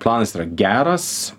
planas yra geras